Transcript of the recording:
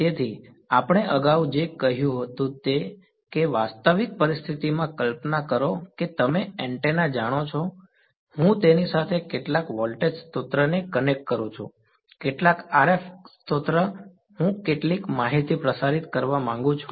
તેથી આપણે અગાઉ જે કહ્યું તે એ હતું કે વાસ્તવિક પરિસ્થિતિમાં કલ્પના કરો કે તમે એન્ટેના જાણો છો હું તેની સાથે કેટલાક વોલ્ટેજ સ્ત્રોતને કનેક્ટ કરું છું કેટલાક RF સ્ત્રોત હું કેટલીક માહિતી પ્રસારિત કરવા માંગુ છું